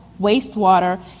wastewater